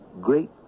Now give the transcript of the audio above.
great